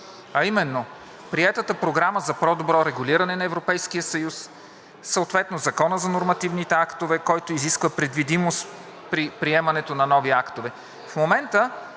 а именно приетата Програма за по-добро регулиране на Европейския съюз, съответно Законът за нормативните актове, който изисква предвидимост при приемането на нови актове.